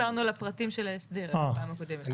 לא דיברנו על הפרטים של ההסדר בפעם הקודמת.